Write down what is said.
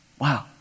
wow